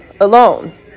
alone